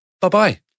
bye-bye